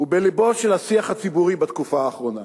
ובלבו של השיח הציבורי בתקופה האחרונה: